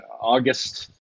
August